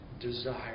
desire